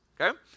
Okay